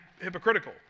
hypocritical